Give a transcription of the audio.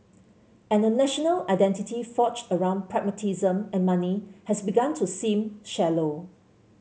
and a national identity forged around pragmatism and money has begun to seem shallow